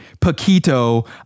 Paquito